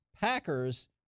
Packers